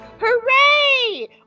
hooray